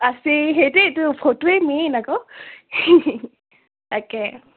আছিল সেইটোৱেইতো ফটোৱেই মেইন আকৌ তাকে